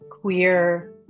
queer